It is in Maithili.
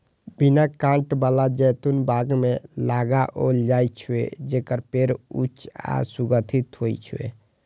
बिना कांट बला जैतून बाग मे लगाओल जाइ छै, जेकर पेड़ ऊंच आ सुगठित होइ छै